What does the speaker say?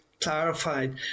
clarified